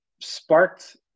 sparked